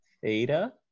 theta